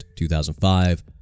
2005